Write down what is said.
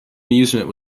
amusement